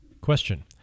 Question